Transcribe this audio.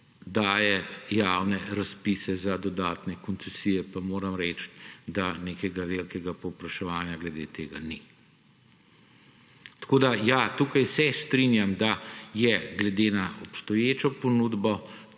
daje javne razpise za dodatne koncesije pa moram reči, da nekega velikega povpraševanja glede tega ni. Tako da ja, tukaj se strinjam, da je glede na obstoječo ponudbo